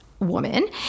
woman